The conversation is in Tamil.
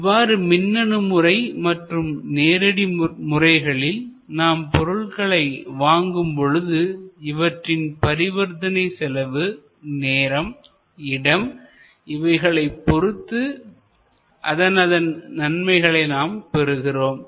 இவ்வாறு மின்னணு முறை மற்றும் நேரடி முறைகளில் நாம் பொருட்களை வாங்கும் பொழுது இவற்றின் பரிவர்த்தனை செலவு நேரம் இடம் இவைகளைப் பொறுத்து அதனதன் நன்மைகளை நாம் பெறுகிறோம்